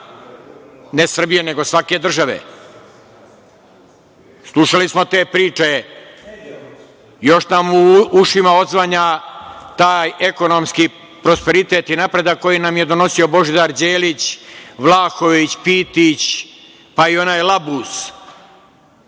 ne Srbije, nego svake države. Slušali smo te priče, još nam u ušima odzvanja taj ekonomski prosperitet i napredak koji nam je donosio Božidar Đelić, Vlahović, Pitić, pa i onaj Labus.